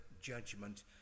judgment